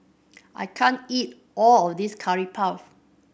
I can't eat all of this Curry Puff